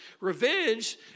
Revenge